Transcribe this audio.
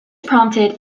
prompted